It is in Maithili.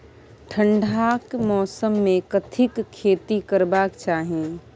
ठंडाक मौसम मे कथिक खेती करबाक चाही?